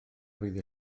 fydd